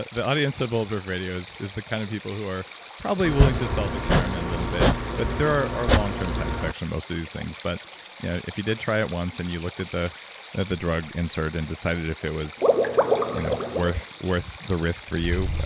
the the audience of all of our videos is the kind of people who are probably willing to self-experiment a little bit, but there are are long-term side effects from and most of these things, but yeah if you did try it once and you looked at the at the drug insert and decided if it was you know worth worth the risk for you,